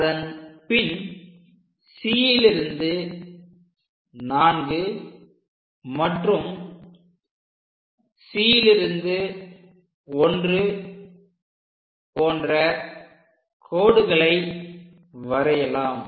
அதன்பின் C லிருந்து 4 மற்றும் C லிருந்து 1 போன்ற கோடுகளை வரையலாம்